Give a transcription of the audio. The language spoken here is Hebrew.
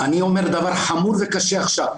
אני אומר דבר חמור וקשה עכשיו,